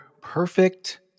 perfect